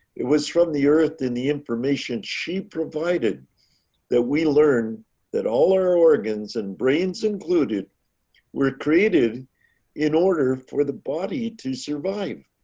it was from the earth and the information she provided that we learn that all our organs and brains included included were created in order for the body to survive.